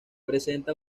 presenta